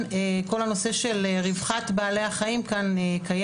כל הנושא של רווחת בעלי החיים קיים כאן.